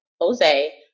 Jose